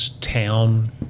town